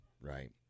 right